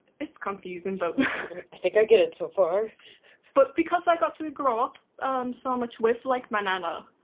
it's confusing but i think i get it so far but because i got to grow up so much with like my nana,